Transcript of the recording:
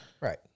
Right